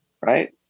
Right